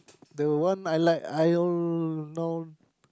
the one I like I don't know